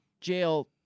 jail